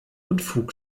unfug